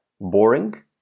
boring